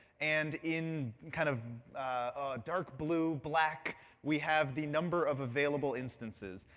and in kind of dark blue, black we have the number of available instances.